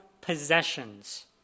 possessions